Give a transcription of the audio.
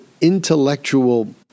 intellectual